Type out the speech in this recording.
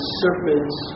serpents